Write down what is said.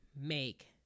make